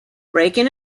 breaking